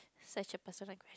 such a person right